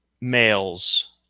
males